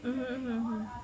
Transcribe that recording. mm mm mm